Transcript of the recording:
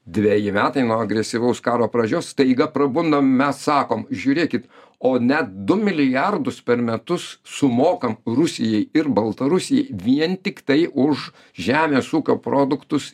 dveji metai nuo agresyvaus karo pradžios staiga prabundam mes sakom žiūrėkit o net du milijardus per metus sumokam rusijai ir baltarusijai vien tiktai už žemės ūkio produktus